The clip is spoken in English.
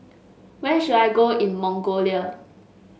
where should I go in Mongolia